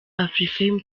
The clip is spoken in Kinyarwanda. afrifame